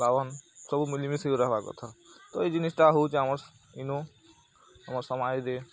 ବାହ୍ମନ୍ ସବୁ ମିଲିମିଶି କରି ରହେବା କଥା ତ ଇ ଜିନିଷ୍ଟା ହୋଉଛେ ଆମର୍ ଇନୁ ଆମର୍ ସମାଜ୍ରେ